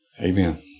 Amen